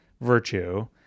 virtue